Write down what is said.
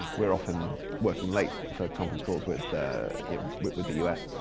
we're often working late for conference calls with the yeah with the us.